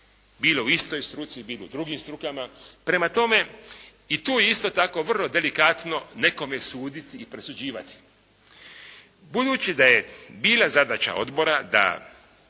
bilo u istoj struci, bilo u drugim strukama. Prema tome, i tu je isto tako vrlo delikatno nekome suditi i presuđivati. Budući da je bila zadaća odbora da